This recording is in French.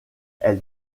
elle